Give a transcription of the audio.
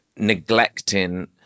neglecting